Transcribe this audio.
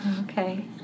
okay